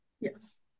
yes